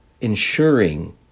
ensuring